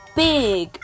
big